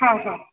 हा हा